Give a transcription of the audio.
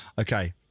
Okay